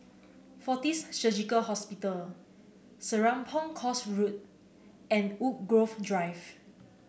Fortis Surgical Hospital Serapong Course Road and Woodgrove Drive